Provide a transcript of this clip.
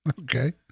Okay